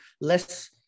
less